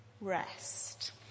rest